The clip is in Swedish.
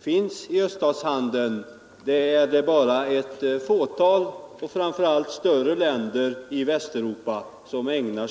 finns i öststatshandeln är det bara ett fåtal — och framför allt större — länder i Västeuropa som lämnar.